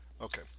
Okay